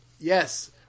yes